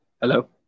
Hello